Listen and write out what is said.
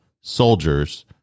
soldiers